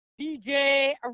DJ